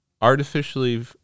artificially